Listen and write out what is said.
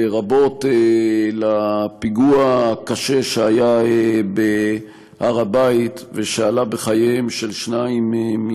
לרבות לפיגוע הקשה שהיה בהר הבית ושעלה בחייהם של שניים,